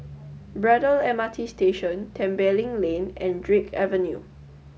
braddell M R T Station Tembeling Lane and Drake Avenue